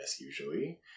usually